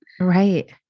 Right